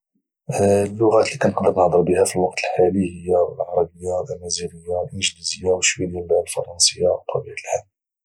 اللغات اللي كانقدر نهضر بها في الوقت الحالي العربيه الامازيغيه الانجليزيه وشويه ديال الفرنسيه بطبيعه الحال